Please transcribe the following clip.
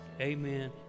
amen